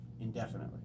indefinitely